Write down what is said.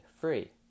free